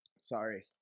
Sorry